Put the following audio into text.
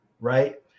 right